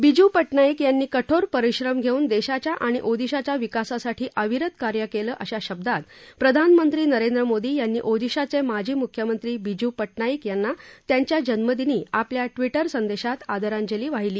बिजू पटनाईक यांनी कठोर परिश्रम घेऊन देशाच्या आणि ओदिशाच्या विकासासाठी अविरत कार्य केलं अशा शब्दात प्रधानमंत्री नरेंद्र मोदी यांनी ओदिशाचे माजी मुख्यमंत्री बिजू पटनाईक यांना त्यांच्या जन्मदिनी आपल्या ट्विटर संदेशात आदरांजली वाहिली